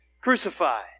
crucified